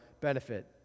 benefit